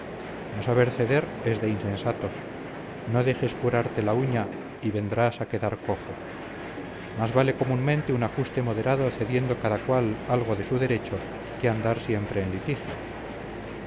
no saber ceder es de insensatos no dejes curarte la uña y vendrás a quedar cojo más vale comúnmente un ajuste moderado cediendo cada cual algo de su derecho que andar siempre en litigios